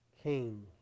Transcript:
King